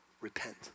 repent